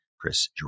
Chris